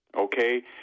okay